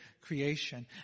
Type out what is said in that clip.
creation